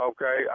Okay